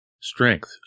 strength